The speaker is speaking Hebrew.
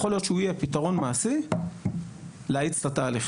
יכול להיות שהוא יהיה פתרון מעשי להאיץ את התהליכים.